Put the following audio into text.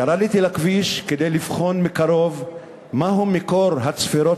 ירדתי לכביש כדי לבחון מקרוב מהו מקור הצפירות